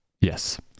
Yes